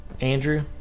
Andrew